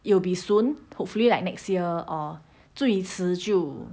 it will be soon hopefully like next year or 最迟就